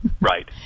Right